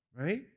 right